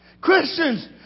Christians